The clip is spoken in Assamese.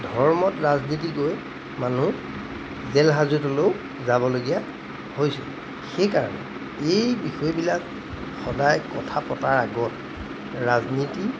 ধৰ্মত ৰাজনীতি গৈ মানুহ জেল হাজোতলৈও যাবলগীয়া হৈছে সেইকাৰণে এই বিষয়বিলাক সদায় কথা পতাৰ আগত ৰাজনীতি